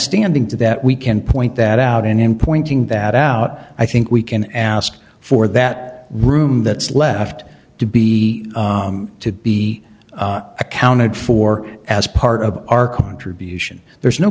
standing to that we can point that out and in pointing that out i think we can ask for that room that's left to be to be accounted for as part of our contribution there's no